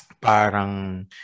parang